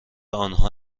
آنها